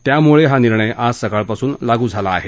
त्यामुळे हा निर्णय आज सकाळपासून लागू झाला आहे